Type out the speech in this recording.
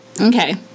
Okay